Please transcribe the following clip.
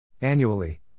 Annually